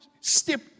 step